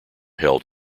held